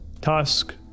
tusk